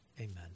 amen